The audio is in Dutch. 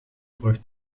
brug